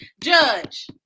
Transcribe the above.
Judge